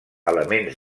elements